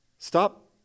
Stop